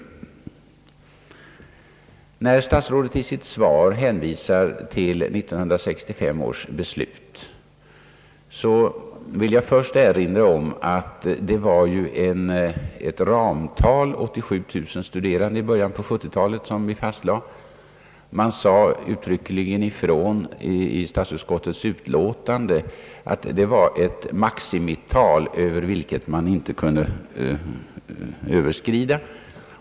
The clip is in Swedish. Eftersom statsrådet i sitt svar hänvisar till 1965 års beslut, vill jag erinra om att riksdagen fastlagt ett ramtal på 87000 studerande i början av 1970-talet. Statsutskottet sade uttryckligen ifrån i sitt utlåtande att detta var ett maximital, vilket man inte kunde överskrida.